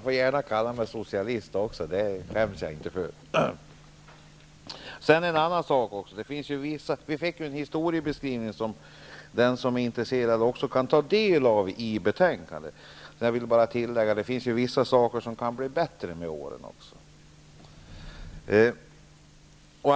får gärna kalla mig socialist; det skäms jag inte för. Vi har i betänkandet fått en historiebeskrivning, som den som är intresserad kan ta del av. Och jag vill bara tillägga att det finns vissa saker som kan bli bättre med åren.